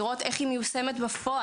לראות איך היא מיושמת בפועל.